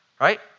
right